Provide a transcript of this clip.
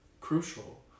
crucial